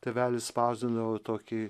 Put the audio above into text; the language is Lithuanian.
tėvelis spausdindavo tokį